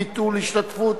ביטול השתתפות